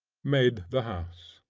made the house.